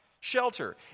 Shelter